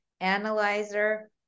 analyzer